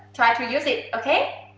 try to use it okay?